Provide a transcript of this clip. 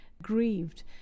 grieved